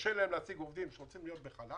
שקשה להם להשיג עובדים והם רוצים להיות בחל"ת,